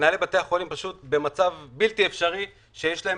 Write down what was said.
מנהלי בתי החולים באמת במצב בלתי אפשרי כשיש להם